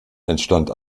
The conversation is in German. entstand